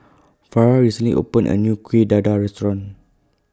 Farrah recently opened A New Kueh Dadar Restaurant